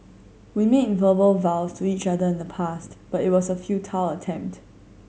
we made verbal vows to each other in the past but it was a futile attempt